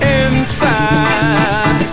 inside